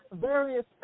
various